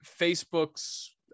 Facebook's